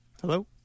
Hello